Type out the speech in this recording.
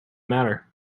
matter